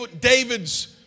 David's